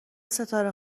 ستاره